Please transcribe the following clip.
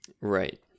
Right